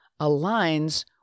aligns